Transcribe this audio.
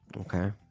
Okay